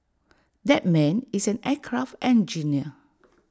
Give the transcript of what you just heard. that man is an aircraft engineer